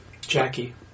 Jackie